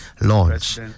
launch